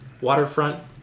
waterfront